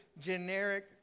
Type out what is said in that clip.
generic